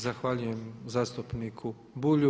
Zahvaljujem zastupniku Bulju.